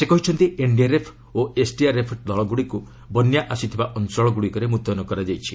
ସେ କହିଛନ୍ତି ଏନ୍ଡିଆର୍ଏଫ୍ ଓ ଏସ୍ଡିଆର୍ଏଫ୍ ଦଳଗୁଡ଼ିକୁ ବନ୍ୟା ଆସିଥିବା ଅଞ୍ଚଳ ଗୁଡ଼ିକରେ ମୁତୟନ କରାଯାଇଛି